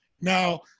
Now